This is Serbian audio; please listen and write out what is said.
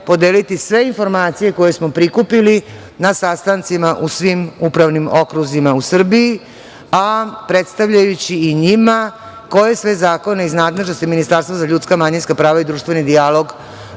podeliti sve informacije koje smo prikupili na sastancima u svim upravnim okruzima u Srbiji, a predstavljajući i njima koje sve zakone iz nadležnosti Ministarstva za ljudska, manjinska prava i društveni dijalog